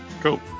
Cool